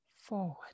forward